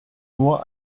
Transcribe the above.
nur